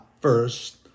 first